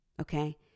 Okay